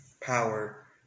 power